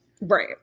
Right